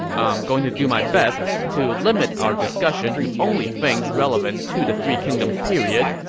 i'm going to do my best to limit our discussion to only things relevant to the three kingdoms period,